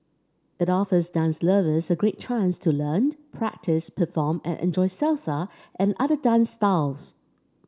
it offers dance lovers a great chance to learn practice perform and enjoy Salsa and other dance styles